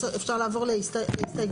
אפשר לעבור להסתייגויות.